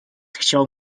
chciał